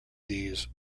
these